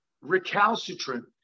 recalcitrant